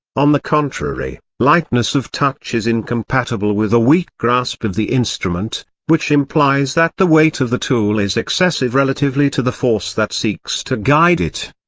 on the contrary, lightness of touch is incompatible with a weak grasp of the instrument, which implies that the weight of the tool is excessive relatively to the force that seeks to guide it.